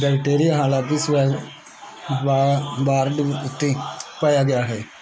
bacteria ਹਾਲਾਂਕਿ Svalbard ਉੱਤੇ ਪਾਇਆ ਗਿਆ ਹੈ